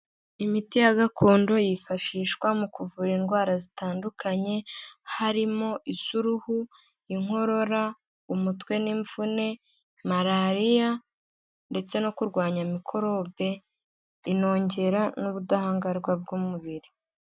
Imiti ya gakondo yifashishwa mu kuvura indwara zitandukanye harimo: iz'uruhu, inkorora, umutwe n'imvune, malariya ndetse no kurwanya mikorobe, inongera n'ubudahangarwa bw'umubiri.